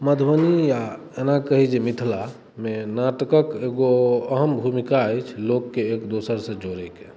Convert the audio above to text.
मधुबनी आ एना कही जे मिथिला मे नाटकक एगो अहम भूमिका अछि लोकके एक दोसर से जोड़य के